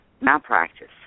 malpractice